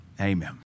Amen